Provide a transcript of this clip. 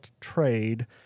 trade